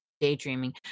daydreaming